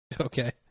Okay